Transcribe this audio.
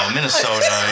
Minnesota